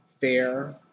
fair